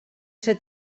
ser